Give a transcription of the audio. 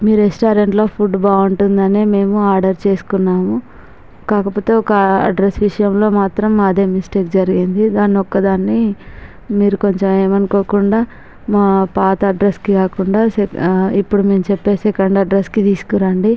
మీ రెస్టారెంట్లో ఫుడ్ బాగుంటుందనే మేము ఆర్డర్ చేసుకున్నాము కాకపోతే ఒక అడ్రస్ విషయంలో మాత్రం మాదే మిస్టేక్ జరిగింది దాన్ని ఒక్క దాన్ని మీరు కొంచెం ఏమీ అనుకోకుండా మా పాత అడ్రస్ కి కాకుండా ఆ ఇప్పుడు మేము చెప్పే సెకండ్ అడ్రస్ కి తీసుకురండి